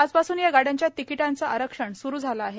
आजपासून या गाड्यांच्या तिकिटांचं आरक्षण स्रू झालं आहे